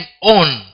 on